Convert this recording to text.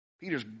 peter's